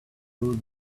through